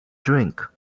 drink